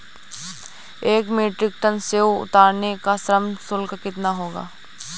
एक metric ton सेव उतारने का श्रम शुल्क कितना होगा?